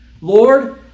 Lord